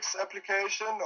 application